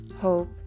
hope